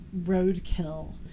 roadkill